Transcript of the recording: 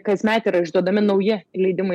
kasmet yra išduodami nauji leidimai